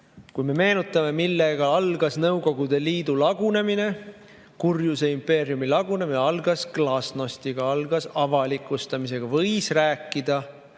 meenutame, millega algas Nõukogude Liidu lagunemine, kurjuse impeeriumi lagunemine, siis see algas glasnostiga, algas avalikustamisega. Võis rääkida,